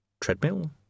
Treadmill